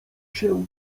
się